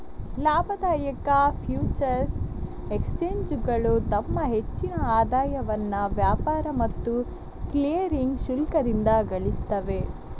ಲಾಭದಾಯಕ ಫ್ಯೂಚರ್ಸ್ ಎಕ್ಸ್ಚೇಂಜುಗಳು ತಮ್ಮ ಹೆಚ್ಚಿನ ಆದಾಯವನ್ನ ವ್ಯಾಪಾರ ಮತ್ತು ಕ್ಲಿಯರಿಂಗ್ ಶುಲ್ಕದಿಂದ ಗಳಿಸ್ತವೆ